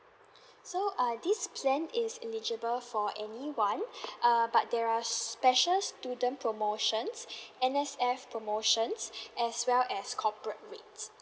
so uh this plan is eligible for anyone uh but there are special student promotions N_S_F promotions as well as corporate rate